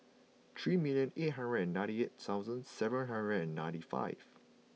three minute eight hundred ninety eight thousand seven hundred ninety five